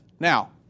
Now